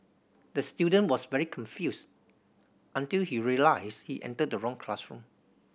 the student was very confused until he realised he entered the wrong classroom